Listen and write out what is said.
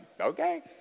okay